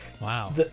wow